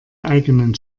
eigenen